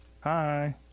Hi